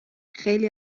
خیلی